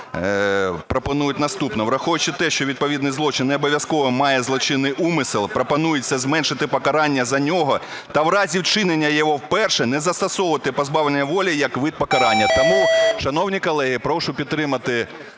пропонують наступне. Враховуючи те, що відповідний злочин не обов'язково має злочинний умисел, пропонується зменшити покарання за нього, та у разі вчинення його вперше не застосовувати позбавлення волі як вид покарання. Тому, шановні колеги, прошу підтримати